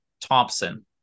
Thompson